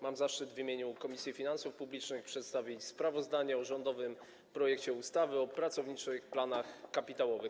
Mam zaszczyt w imieniu Komisji Finansów Publicznych przedstawić sprawozdanie o rządowym projekcie ustawy o pracowniczych planach kapitałowych.